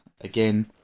again